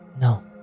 no